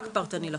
רק פרטני לקופה.